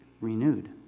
renewed